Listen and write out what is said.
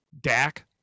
Dak